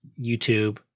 YouTube